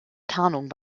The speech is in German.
tarnung